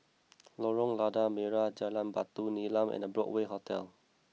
Lorong Lada Merah Jalan Batu Nilam and Broadway Hotel